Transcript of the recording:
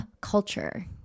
culture